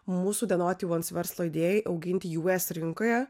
mūsų de noti uans verslo idėjai auginti us rinkoje